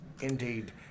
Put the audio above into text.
Indeed